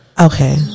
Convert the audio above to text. Okay